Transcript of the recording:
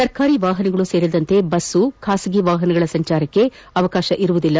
ಸರ್ಕಾರಿ ವಾಪನಗಳು ಸೇರಿದಂತೆ ಬಸ್ ಖಾಸಗಿ ವಾಪನಗಳ ಸಂಚಾರಕ್ಕೆ ಅವಕಾಶ ನೀಡುವುದಿಲ್ಲ